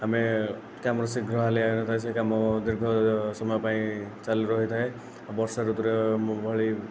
ଆମେ କାମରେ ଶୀଘ୍ର ହାଲିଆ ହୋଇନଥାଏ ସେ କାମ ଦୀର୍ଘ ସମୟ ପାଇଁ ଚାଲୁ ରହିଥାଏ ଆଉ ବର୍ଷା ଋତୁରେ ମୋ ଭଳି